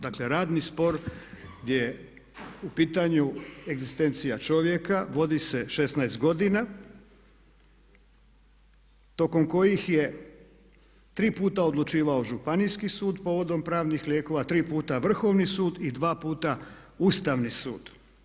Dakle radni spor gdje je u pitanju egzistencija čovjeka vodi se 16 godina tokom koji je 3 puta odlučivao županijski sud povodom pravnih lijekova, 3 puta Vrhovni sud i 2 puta ustavni sud.